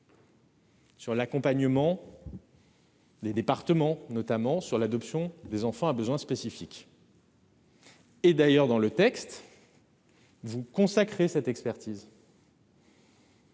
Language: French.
sur l'accompagnement, des départements notamment, en matière d'adoption des enfants à besoins spécifiques. D'ailleurs, dans votre texte, vous consacrez cette expertise.